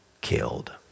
killed